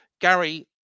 Gary